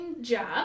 job